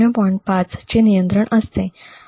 5' चे नियंत्रण असते